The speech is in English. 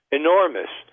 enormous